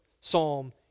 Psalm